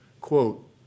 Quote